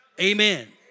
Amen